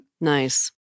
Nice